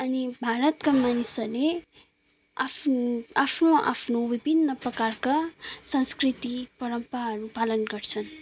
अनि भारतका मानिसहरूले आफ्नो आफ्नो आफ्नुोविभिन्न प्रकारका संस्कृति परम्पराहरू पालन गर्छन्